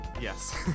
Yes